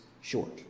short